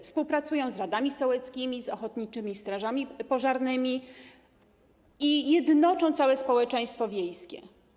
Współpracują z radami sołeckimi, z ochotniczymi strażami pożarnymi i jednoczą całe społeczeństwo wiejskie.